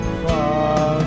far